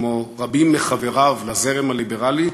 כמו רבים מחבריו לזרם הליברלי,